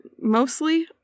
mostly